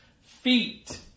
feet